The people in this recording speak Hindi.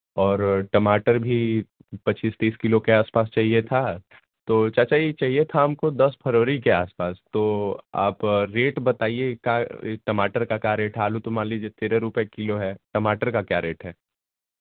और टमाटर भी पच्चीस तीस किलो के आसपास चाहिए था तो चाचा यह चाहिए था हम को दस फरवरी के आसपास तो आप रेट बताइए का टमाटर का क्या रेट है आलू तो मान लीजिए तेरह रुपये किलो है टमाटर का क्या रेट है